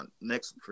next